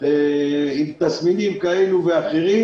עם תסמינים כאלה ואחרים,